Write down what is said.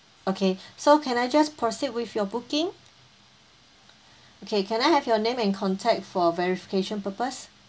okay so can I just proceed with your booking okay can I have your name and contact for verification purpose